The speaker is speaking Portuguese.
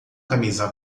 camisa